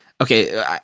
Okay